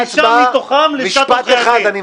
שישה מתוכם מלשכת עורכי הדין.